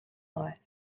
life